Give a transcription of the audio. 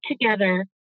together